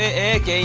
ah x